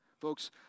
Folks